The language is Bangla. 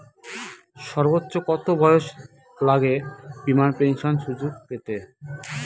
সর্বোচ্চ কত বয়স লাগে বীমার পেনশন সুযোগ পেতে?